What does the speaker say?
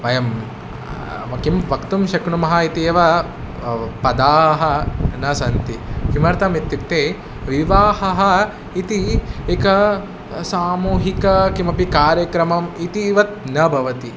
वयं किं वक्तुं शक्नुमः इत्येव पदाः न सन्ति किमर्थमित्युक्ते विवाहः इति एकः सामूहिकः किमपि कार्यक्रमः इतिवत् न भवति